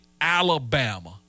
Alabama